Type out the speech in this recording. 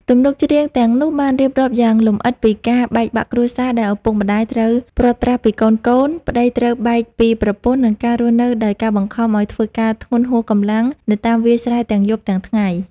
ទំនុកច្រៀងទាំងនោះបានរៀបរាប់យ៉ាងលម្អិតពីការបែកបាក់គ្រួសារ ដែលឪពុកម្តាយត្រូវព្រាត់ប្រាស់ពីកូនៗ ប្តីត្រូវបែកពីប្រពន្ធ និងការរស់នៅដោយការបង្ខំឲ្យធ្វើការធ្ងន់ហួសកម្លាំងនៅតាមវាលស្រែទាំងយប់ទាំងថ្ងៃ។